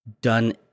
done